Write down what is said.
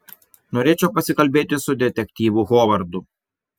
norėčiau pasikalbėti su detektyvu hovardu